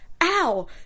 ow